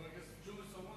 חבר הכנסת ג'ומס אורון,